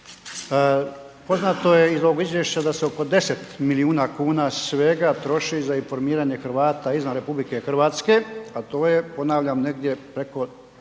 Poznato je iz ovog izvješća da se oko 10 milijuna kuna svega troši za informiranje Hrvata izvan RH, a to je ponavljam preko